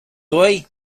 doi